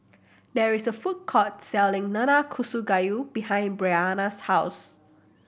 there is a food court selling Nanakusa Gayu behind Bryanna's house